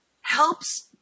helps